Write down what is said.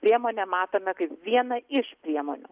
priemonę matome kaip vieną iš priemonių